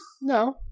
No